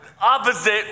opposite